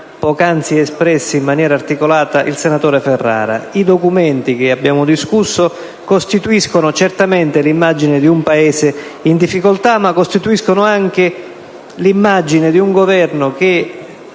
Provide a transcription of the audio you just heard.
poc'anzi espresse in modo articolato del senatore Ferrara. I documenti che abbiamo discusso rappresentano certamente l'immagine di un Paese in difficoltà, ma anche l'immagine di un Governo che